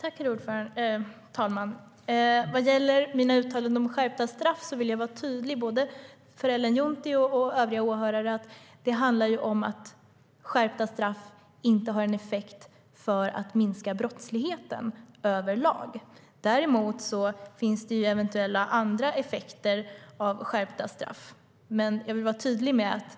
Herr talman! När det gäller mina uttalanden om skärpta straff vill jag vara tydlig för både Ellen Juntti och övriga åhörare. Skärpta straff har överlag inte någon effekt på att minska brottsligheten. Däremot finns det eventuella andra effekter av skärpta straff.